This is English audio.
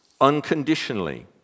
Unconditionally